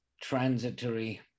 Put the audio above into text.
transitory